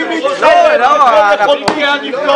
אני מתחייב ככל יכולתי.